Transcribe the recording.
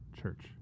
church